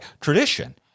tradition